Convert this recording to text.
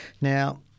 Now